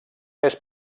més